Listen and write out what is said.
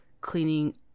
cleaning